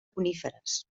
coníferes